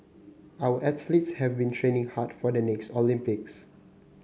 our athletes have been training hard for the next Olympics